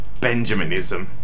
Benjaminism